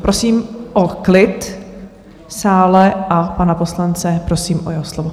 Prosím o klid v sále a pana poslance prosím o jeho slovo.